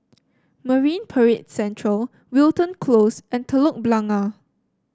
Marine Parade Central Wilton Close and Telok Blangah